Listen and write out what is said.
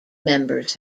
members